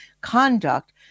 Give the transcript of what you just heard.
conduct